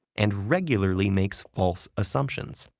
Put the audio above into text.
and regularly makes false assumptions.